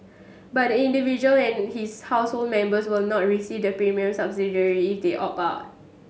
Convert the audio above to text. but the individual and his household members will not receive the premium subsidy if they opt